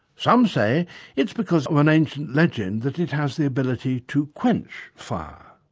some say it's because of an ancient legend that it has the ability to quench fire.